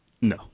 no